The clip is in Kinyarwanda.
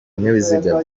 binyabiziga